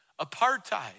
Apartheid